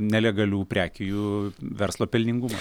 nelegalių prekių verslo pelningumas